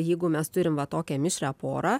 jeigu mes turim va tokią mišrią porą